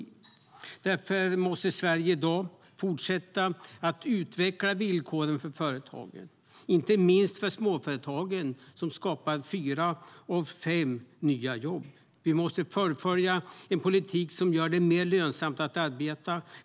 Därför måste Sverige fortsätta att utveckla villkoren för företagen, inte minst för småföretagen som skapar fyra av fem nya jobb. Vi måste fullfölja en politik som gör det mer lönsamt att arbeta.